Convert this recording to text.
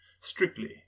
strictly